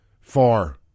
Far